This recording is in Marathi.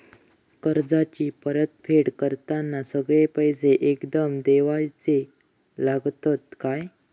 कर्जाची परत फेड करताना सगळे पैसे एकदम देवचे लागतत काय?